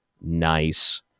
nice